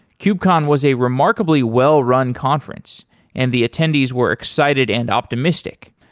kubecon was a remarkably well-run conference and the attendees were excited and optimistic.